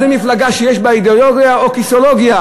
זו מפלגה שיש בה אידיאולוגיה או כיסאולוגיה?